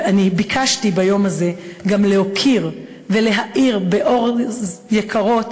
ביקשתי ביום הזה גם להוקיר ולהאיר באור יקרות